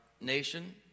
nation